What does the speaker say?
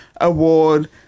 award